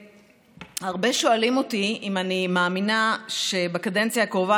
הרבה שואלים אותי אם אני מאמינה שבקדנציה הקרובה